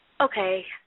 Okay